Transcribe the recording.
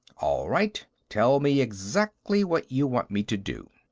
all right tell me exactly what you want me to do.